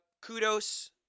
kudos